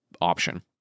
option